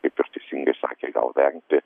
kaip ir teisingai sakė gal vengti